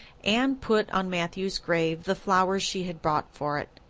anne put on matthew's grave the flowers she had brought for it,